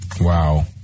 Wow